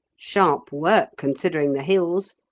sharp work, considering the hills.